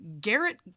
Garrett